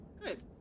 Good